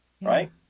right